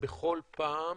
בכל פעם,